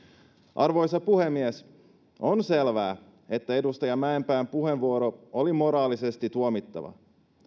arvoisa puhemies on selvää että edustaja mäenpään puheenvuoro oli moraalisesti tuomittava